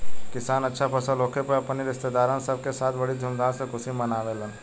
किसान अच्छा फसल होखे पर अपने रिस्तेदारन सब के साथ बड़ी धूमधाम से खुशी मनावेलन